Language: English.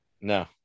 no